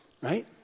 right